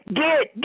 get